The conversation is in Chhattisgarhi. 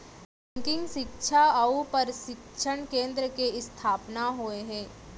बेंकिंग सिक्छा अउ परसिक्छन केन्द्र के इस्थापना होय हे